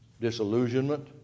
disillusionment